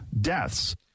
deaths